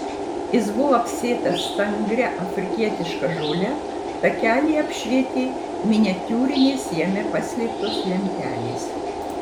jis buvo apsėtas stangria afrikietiška žole takelį apšvietė miniatiūrinės jame paslėptos lempelės